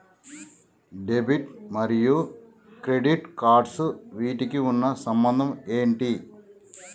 Debit మరియు credit cards వీటికి ఉన్న సంబంధం ఏంటి?